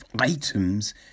items